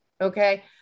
Okay